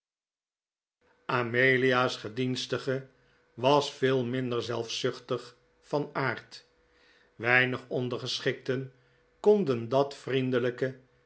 amelia's gedienstige was veel minder zelfzuchtig van aard weinig ondergeschikten konden dat vriendelijke